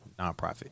nonprofit